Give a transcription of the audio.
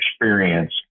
experience